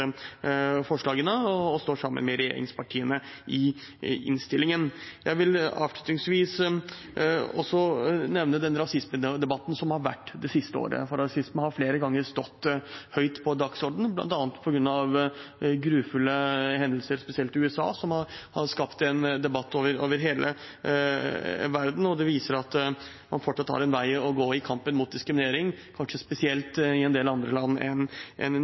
forslagene og står sammen med regjeringspartiene i innstillingen. Jeg vil avslutningsvis også nevne den rasismedebatten som har vært det siste året, for rasisme har flere ganger stått høyt på dagsordenen, bl.a. på grunn av grufulle hendelser spesielt i USA som har skapt en debatt over hele verden. Det viser at man fortsatt har en vei å gå i kampen mot diskriminering, kanskje spesielt i en del andre land enn